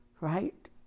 right